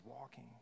walking